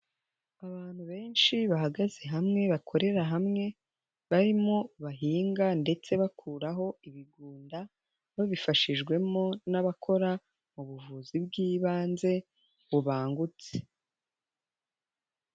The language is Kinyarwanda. Abantu benshi bahagaze hamwe, bakorera hamwe barimo bahinga ndetse bakuraho ibigunda, babifashijwemo n'abakora mu buvuzi bw'ibanze bubangutse.